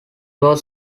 was